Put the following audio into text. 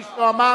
איש לא אמר?